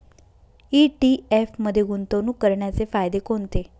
ETF मध्ये गुंतवणूक करण्याचे फायदे कोणते?